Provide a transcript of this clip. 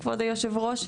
כבוד היושב ראש,